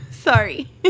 Sorry